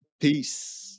Peace